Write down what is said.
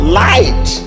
light